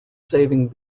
saving